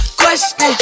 question